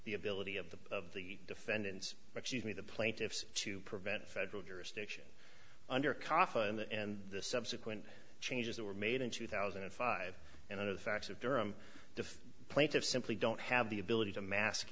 the ability of the of the defendants actually the plaintiffs to prevent federal jurisdiction under kafa and the subsequent changes that were made in two thousand and five and under the facts of durham the plaintiffs simply don't have the ability to mask